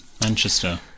Manchester